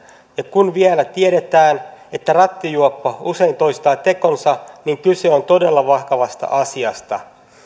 ja kun vielä tiedetään että rattijuoppo usein toistaa tekonsa niin kyse on todella vakavasta asiasta